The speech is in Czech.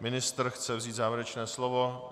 ministr chce vzít závěrečné slovo.